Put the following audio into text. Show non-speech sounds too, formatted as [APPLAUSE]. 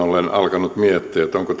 [UNINTELLIGIBLE] olen alkanut miettiä onko [UNINTELLIGIBLE]